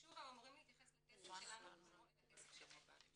ושוב, הם אמורים להתייחס לכסף שלנו כמו לכסף שלהם.